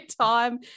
time